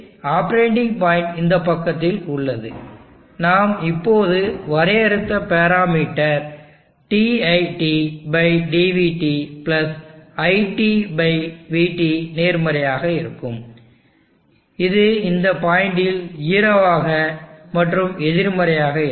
எனவே operating point இந்த பக்கத்தில் உள்ளது நாம் இப்போது வரையறுத்த பேரா மீட்டர் diTdvT iTvT நேர்மறையாக இருக்கும் இது இந்த பாயிண்டில் 0 ஆக மற்றும் எதிர்மறையாக இருக்கும்